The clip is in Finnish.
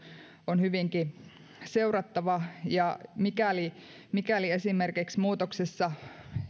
on hyvinkin seurattava ja esimerkiksi mikäli muutoksessa